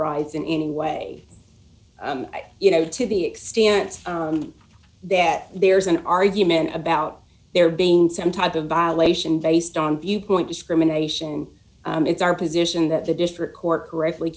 rights in any way you know to the extent that there's an argument about there being some type of violation based on viewpoint discrimination it's our position that the district court correctly